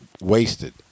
wasted